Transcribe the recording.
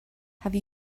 have